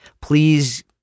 please